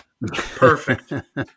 Perfect